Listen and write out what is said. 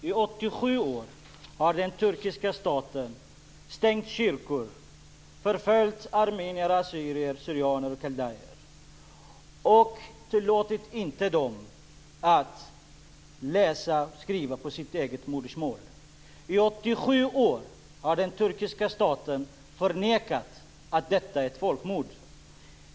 I 87 år har den turkiska staten stängt kyrkor, förföljt armenier, assyrier/syrianer och kaldéer och inte tillåtit dem att läsa och skriva på sitt eget modersmål. I 87 år har den turkiska staten förnekat att detta är ett folkmord.